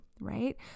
right